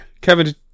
kevin